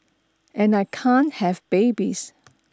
and I can't have babies